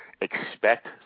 Expect